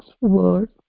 word